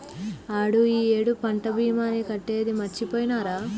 ఆడు ఈ ఏడు పంట భీమాని కట్టేది మరిచిపోయినారా